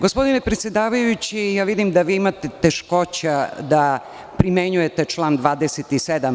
Gospodine predsedavajući, vidim da vi imate teškoća da primenjujete član 27.